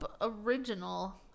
Original